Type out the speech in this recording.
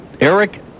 Eric